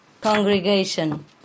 congregation